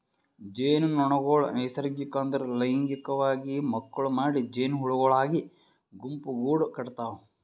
ಜೇನುನೊಣಗೊಳ್ ನೈಸರ್ಗಿಕ ಅಂದುರ್ ಲೈಂಗಿಕವಾಗಿ ಮಕ್ಕುಳ್ ಮಾಡಿ ಜೇನುಹುಳಗೊಳಾಗಿ ಗುಂಪುಗೂಡ್ ಕಟತಾವ್